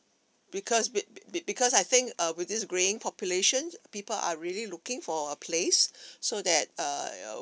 because be be because I think uh with this greying population people are really looking for a place so that err